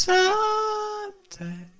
Someday